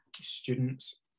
students